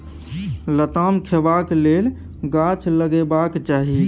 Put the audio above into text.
लताम खेबाक लेल गाछ लगेबाक चाही